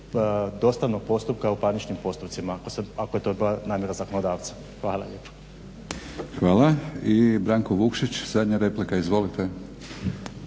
dostavnog postupka u parničnim postupcima ako je to bila namjera zakonodavca. Hvala lijepa. **Batinić, Milorad (HNS)** Hvala. I Branko Vukšić, zadnja replika. Izvolite.